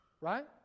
Right